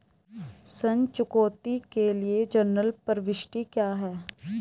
ऋण चुकौती के लिए जनरल प्रविष्टि क्या है?